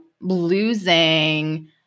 losing